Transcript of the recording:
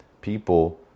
people